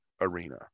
arena